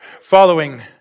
Following